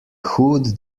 hood